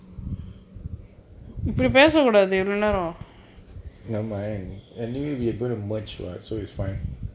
no mine anyway we're going to merge words so it's fine